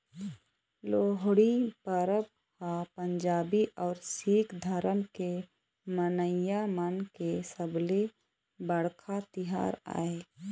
लोहड़ी परब ह पंजाबी अउ सिक्ख धरम के मनइया मन के सबले बड़का तिहार आय